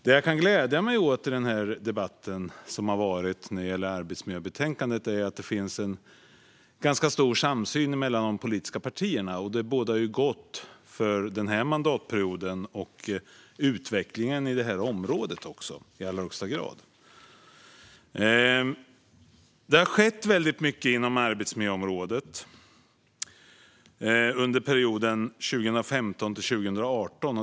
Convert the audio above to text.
Det jag kan glädja mig åt i den debatt som har varit när det gäller arbetsmiljöbetänkandet är att det finns en ganska stor samsyn mellan de politiska partierna. Det bådar gott för den här mandatperioden och för utvecklingen på detta område - i allra högsta grad. Det har skett väldigt mycket inom arbetsmiljöområdet under perioden 2015-2018.